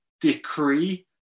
Decree